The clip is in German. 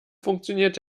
funktioniert